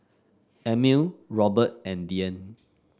Amil Robert and Dyan